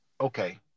okay